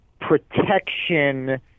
protection